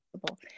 possible